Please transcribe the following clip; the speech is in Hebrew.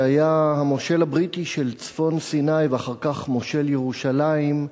שהיה המושל הבריטי של צפון סיני ואחר כך מושל ירושלים,